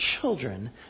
children